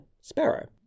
sparrow